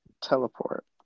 teleport